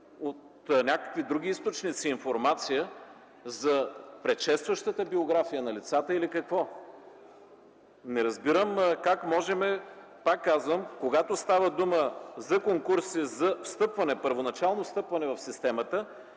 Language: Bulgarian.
от някакви други източници за предшестващата биография на лицата, или какво?! Не разбирам как можем, пак казвам, когато става дума за конкурси за първоначално встъпване в системата,